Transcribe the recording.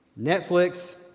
Netflix